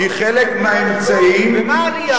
היא חלק מהאמצעים, ומה העלייה?